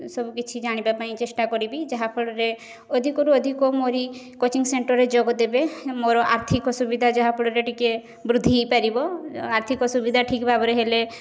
ସବୁକିଛି ଜାଣିବାପାଇଁ ଚେଷ୍ଟା କରିବି ଯାହାଫଳରେ ଅଧିକରୁ ଅଧିକ ମୋରି କୋଚିଂ ସେଣ୍ଟରରେ ଯୋଗଦେବେ ମୋର ଆର୍ଥିକ ସୁବିଧା ଯାହାଫଳରେ ଟିକେ ବୃଦ୍ଧି ହେଇପାରିବ ଆର୍ଥିକ ସୁବିଧା ଠିକ୍ ଭାବରେ ହେଲେ